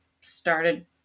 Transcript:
started